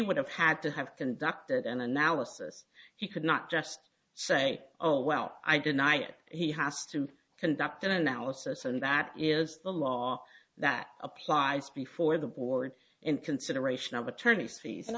would have had to have conducted an analysis he could not just say oh well i deny it he has to conduct an analysis and that is the law that applies before the board in consideration of attorneys fees and